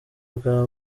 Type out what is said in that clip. bwa